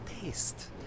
taste